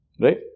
Right